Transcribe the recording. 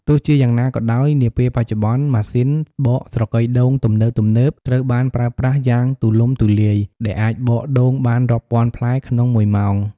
ទោះជាយ៉ាងណាក៏ដោយ នាពេលបច្ចុប្បន្ន ម៉ាស៊ីនបកស្រកីដូងទំនើបៗត្រូវបានប្រើប្រាស់យ៉ាងទូលំទូលាយ ដែលអាចបកដូងបានរាប់ពាន់ផ្លែក្នុងមួយម៉ោង។